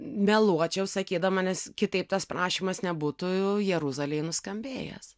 meluočiau sakydama nes kitaip tas prašymas nebūtų jeruzalėj nuskambėjęs